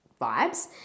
vibes